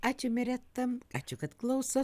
ačiū miretam ačiū kad klausot